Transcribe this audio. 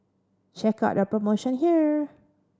check out their promotion here